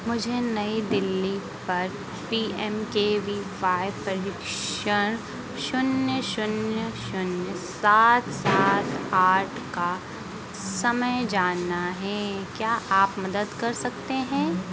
मुझे नई दिल्ली पर P M K V Y शून्य शून्य शून्य सात सात आठ का समय जानना है क्या आप मदद कर सकते हैं